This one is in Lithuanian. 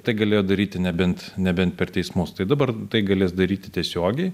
tai galėjo daryti nebent nebent per teismus tai dabar tai galės daryti tiesiogiai